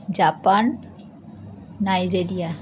Japan Nigeria